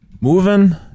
moving